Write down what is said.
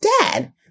dad